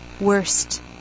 worst